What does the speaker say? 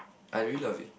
I really love it